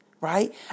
Right